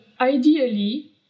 ideally